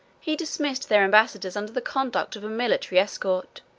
he dismissed their ambassadors under the conduct of a military escort,